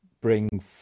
bring